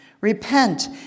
Repent